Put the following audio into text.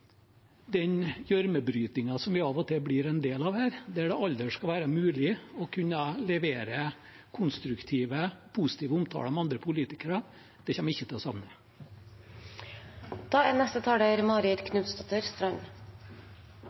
den gjørmebrytingen vi av og til blir en del av her, der det aldri skal være mulig å kunne levere konstruktive, positive omtaler av andre politikere, kommer jeg ikke til å savne. Jeg kan godt starte med å gi foregående taler,